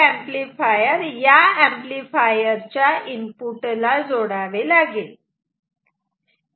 आता मला हे या एंपलीफायर च्या इनपुटला जोडावे लागेल